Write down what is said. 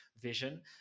vision